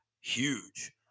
Huge